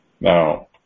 Now